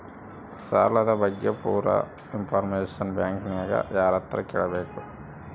ಸಾಲದ ಬಗ್ಗೆ ಪೂರ ಇಂಫಾರ್ಮೇಷನ ಬ್ಯಾಂಕಿನ್ಯಾಗ ಯಾರತ್ರ ಕೇಳಬೇಕು?